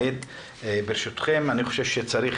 ברשותכם, עכשיו נשמע